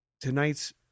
tonight's